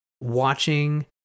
watching